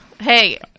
Hey